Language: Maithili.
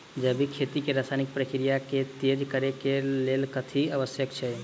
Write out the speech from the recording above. जैविक खेती मे रासायनिक प्रक्रिया केँ तेज करै केँ कऽ लेल कथी आवश्यक छै?